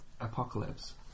apocalypse